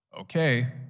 Okay